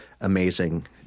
amazing